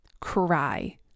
Cry